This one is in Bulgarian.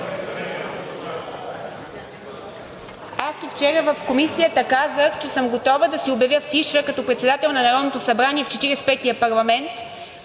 Аз и вчера в Комисията казах, че съм готова да си обявя фиша като председател на Народното събрание в 45-ия парламент,